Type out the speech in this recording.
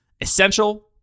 essential